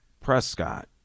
Prescott